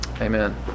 Amen